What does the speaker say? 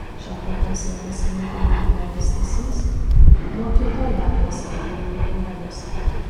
šią profesiją pasirinko ir jų brolis stasys mokytojavęs devynduoniuose